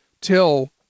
till